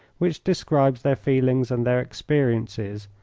which describes their feelings and their experiences,